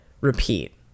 repeat